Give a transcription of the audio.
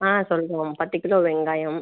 ஆ சொல்லுறோம் பத்து கிலோ வெங்காயம்